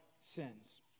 sins